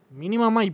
minimum